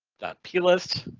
that p list.